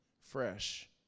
fresh